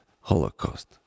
Holocaust